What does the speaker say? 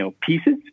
pieces